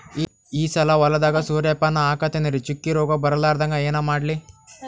ಈ ಸಲ ಹೊಲದಾಗ ಸೂರ್ಯಪಾನ ಹಾಕತಿನರಿ, ಚುಕ್ಕಿ ರೋಗ ಬರಲಾರದಂಗ ಏನ ಮಾಡ್ಲಿ?